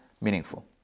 meaningful